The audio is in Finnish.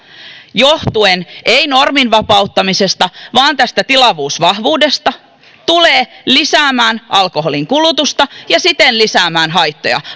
johtuen ei normin vapauttamisesta vaan tästä tilavuusvahvuudesta tulee lisäämään alkoholin kulutusta ja siten lisäämään haittoja